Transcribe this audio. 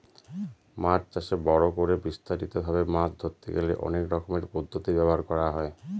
মাছ চাষে বড় করে বিস্তারিত ভাবে মাছ ধরতে গেলে অনেক রকমের পদ্ধতি ব্যবহার করা হয়